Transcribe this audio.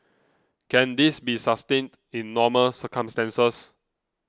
can this be sustained in normal circumstances